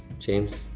james,